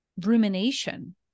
rumination